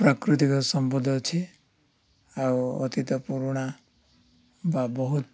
ପ୍ରାକୃତିକ ସମ୍ପଦ ଅଛି ଆଉ ଅତୀତ ପୁରୁଣା ବା ବହୁତ